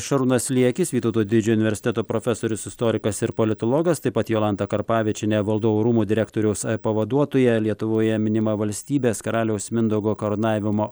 šarūnas liekis vytauto didžiojo universiteto profesorius istorikas ir politologas taip pat jolanta karpavičienė valdovų rūmų direktoriaus pavaduotoja lietuvoje minima valstybės karaliaus mindaugo karūnavimo